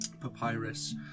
papyrus